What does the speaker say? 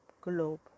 globe